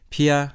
Pia